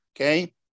Okay